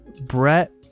Brett